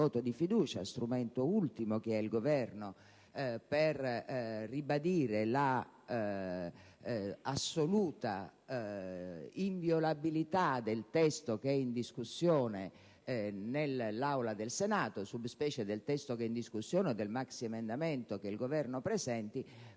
del voto di fiducia (strumento ultimo che ha il Governo per ribadire l'assoluta inviolabilità del testo in discussione nell'Aula del Senato, *sub specie* del testo in discussione e del maxiemendamento che il Governo presenta),